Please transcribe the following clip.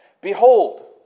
Behold